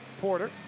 porter